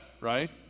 right